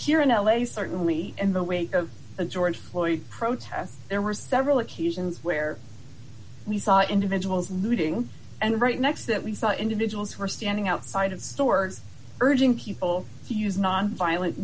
here in l a certainly in the wake of the george floyd protests there were several occasions where we saw individuals looting and right next that we saw individuals were standing outside of stores urging people to use nonviolent